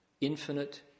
infinite